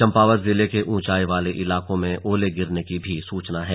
चंपावत जिले के ऊंचाई वाले इलाकों में ओले गिरने की भी सूचना है